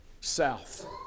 south